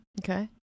Okay